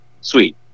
sweet